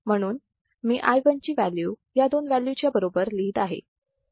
म्हणून मी i1 ची व्हॅल्यू या दोन व्हॅल्यू च्या बरोबर लिहीत आहे